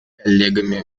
коллегами